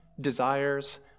desires